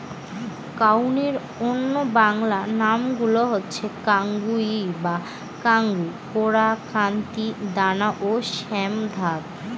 কাউনের অন্য বাংলা নামগুলো হচ্ছে কাঙ্গুই বা কাঙ্গু, কোরা, কান্তি, দানা ও শ্যামধাত